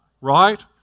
right